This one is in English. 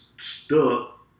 stuck